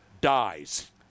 dies